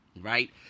right